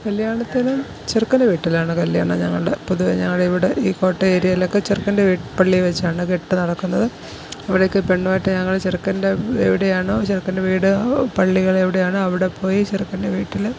കല്ല്യാണത്തിനും ചെറുക്കൻ്റെ വീട്ടിലാണ് കല്ല്യാണം ഞങ്ങളുടെ പൊതുവെ ഞങ്ങടിവിടെ ഈ കോട്ടയം ഏരിയയിലൊക്കെ ചെറുക്കൻ്റെ വീ പള്ളിയിൽ വെച്ചാണ് കെട്ട് നടക്കുന്നത് അവിടേക്ക് പെണ്ണുമായിട്ട് ഞങ്ങൾ ചെറുക്കൻ്റെ എവിടെയാണോ ചെറുക്കൻ്റെ വീട് പള്ളികൾ എവിടെയാണോ അവിടെപ്പോയി ചെറുക്കൻ്റെ വീട്ടിൽ